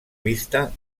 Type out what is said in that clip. vista